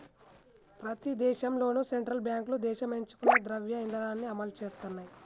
ప్రతి దేశంలోనూ సెంట్రల్ బ్యాంకులు దేశం ఎంచుకున్న ద్రవ్య ఇధానాన్ని అమలు చేత్తయ్